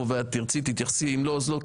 אם תרצי תתייחסי ואם לא אז לא,